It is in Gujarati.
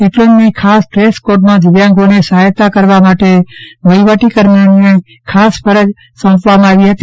એટલું જ નહીં ખાસ ડ્રેસકોડમાં દિવ્યાંગોને સહાયતા કરવા માટે વહીવટકર્મીઓને ખાસ ફરજ સોંપવામાં આવી હતી